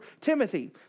Timothy